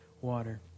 water